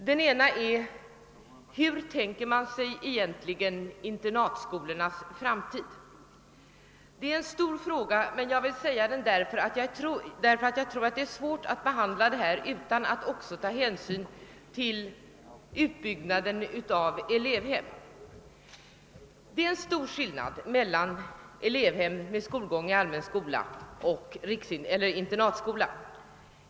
Den ena är: Hur tänker man sig egentligen internatskolornas framtid? Det är en stor fråga, men jag vill ställa den, eftersom jag tror att det är svårt att behandla detta ärende utan att också ta hänsyn till utbyggnad av elevhem. Det är en stor skillnad mellan elevhem med skolgång i allmän skola och internatskola.